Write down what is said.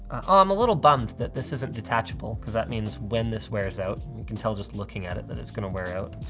um a little bummed that this isn't detachable cause that means when this wears out, and you can tell just looking at it that it's gonna wear out,